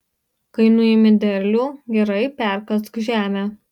kai nuimi derlių gerai perkask žemę